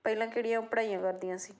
ਪਹਿਲਾਂ ਕਿਹੜੀਆਂ ਪੜ੍ਹਾਈਆਂ ਕਰਦੀਆਂ ਸੀ